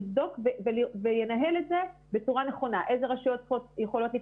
יבדוק וינהל את זה בצורה נכונה - איזה רשויות יכולות לפתוח,